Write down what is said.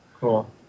cool